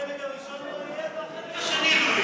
החלק הראשון לא יהיה והחלק השני לא יהיה.